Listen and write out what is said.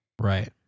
Right